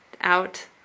out